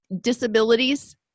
disabilities